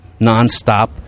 nonstop